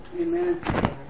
Amen